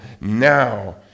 Now